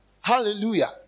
Hallelujah